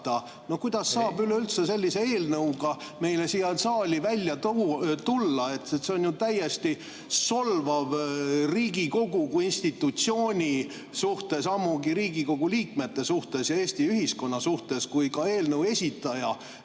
Kuidas saab üleüldse sellise eelnõuga siia saali tulla? See on ju täiesti solvav Riigikogu kui institutsiooni suhtes, Riigikogu liikmete suhtes ja Eesti ühiskonna suhtes, kui eelnõu esitaja